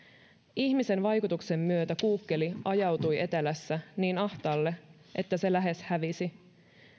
ihmisen vaikutuksen myötä kuukkeli ajautui etelässä niin ahtaalle että se lähes hävisi